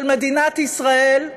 של מדינת ישראל,